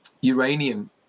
uranium